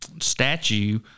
statue